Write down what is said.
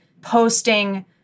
posting